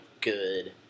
good